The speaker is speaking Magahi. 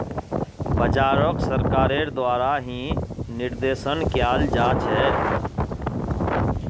बाजारोक सरकारेर द्वारा ही निर्देशन कियाल जा छे